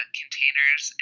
containers